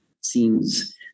seems